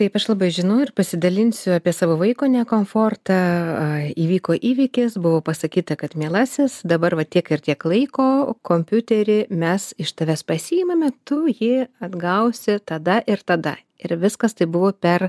taip aš labai žinau ir pasidalinsiu apie savo vaiko ne komfortą įvyko įvykis buvo pasakyta kad mielasis dabar va tiek ir tiek laiko kompiuterį mes iš tavęs pasiimame tu jį atgausi tada ir tada ir viskas taip buvo per